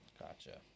Gotcha